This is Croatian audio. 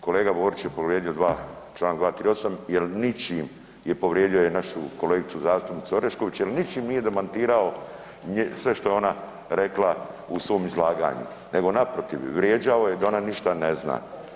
Kolega Borić je povrijedio čl. 238. jel ničim je povrijedio našu kolegicu zastupnicu Orešković jel ničim nije demantirao sve što je ona rekla u svom izlaganju, nego naprotiv vrijeđao je da ona ništa ne zna.